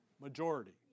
Majority